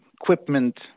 equipment